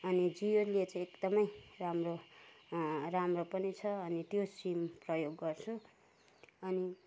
अनि जियोले चाहिँ एकदमै राम्रो राम्रो पनि छ अनि त्यो सिम प्रयोग गर्छु अनि